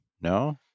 no